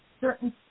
certain